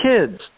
kids